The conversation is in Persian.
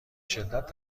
شدت